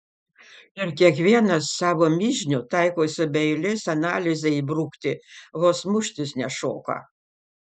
ir kiekvienas savo mižnių taikosi be eilės analizei įbrukti vos muštis nešoka